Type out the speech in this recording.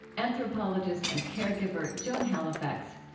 anthropologist and caregiver joan halifax.